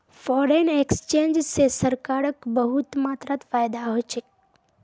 foreign exchange स सरकारक बहुत मात्रात फायदा ह छेक